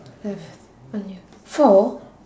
I have what you have four